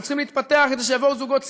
הם צריכים להתפתח כדי שיבואו זוגות צעירים,